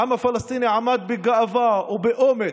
העם הפלסטיני עמד בגאווה ובאומץ,